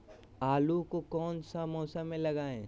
आलू को कौन सा मौसम में लगाए?